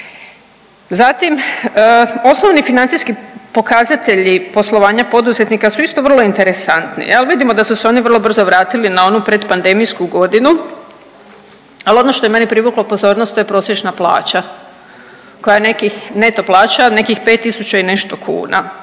Zatim, osnovni financijski pokazatelja poslovanja poduzetnika su isto vrlo interesantni jel. Vidimo da su se oni vrlo brzo vratili na onu pretpandemijsku godinu, ali ono što meni privuklo pozornost to je prosječna plaća koja je nekih, neto plaća nekih 5 tisuća i nešto kuna.